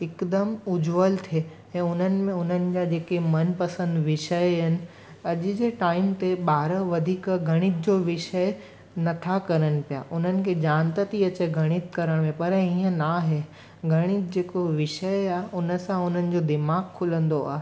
हिकदमि उजवल थिए ऐं उन्हनि में उन्हनि जा जेकी मनपसंद विषय आहिनि अॼु जे टाइम ते ॿार वधीक गणित जो विषय नथा करनि पिया उन्हनि खे जांत थी अचे गणित करण में पर हीअं न आहे गणित जेको विषय आहे उन सां उन्हनि जो दिमाग़ु खुलंदो आहे